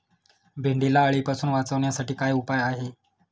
भेंडीला अळीपासून वाचवण्यासाठी काय उपाय आहे?